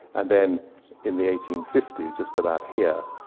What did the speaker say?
and then in the eighteen fifty s, just about here,